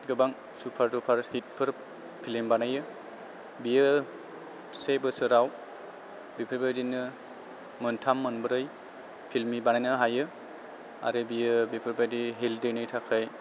गोबां super duper हिटफोर film बानायो बियो से बोसोराव बेफोरबायदिनो मोनथाम मोनब्रै फ्लिम बानायनो हायो आरो बियो बेफोरबायदि हेल्थनि थाखाय